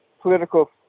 political